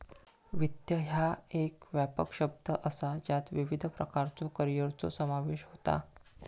वित्त ह्या एक व्यापक शब्द असा ज्यात विविध प्रकारच्यो करिअरचो समावेश होता